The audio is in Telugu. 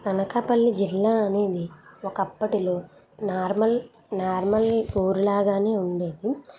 అనకాపల్లి జిల్లా అనేది ఒకప్పట్లో నార్మల్ నార్మల్ ఊరి లాగానే ఉండేది